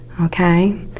Okay